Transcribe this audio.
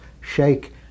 shake